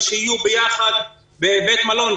ושיהיו ביחד בבית מלון,